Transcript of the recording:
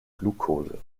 glukose